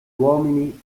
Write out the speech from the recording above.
uomini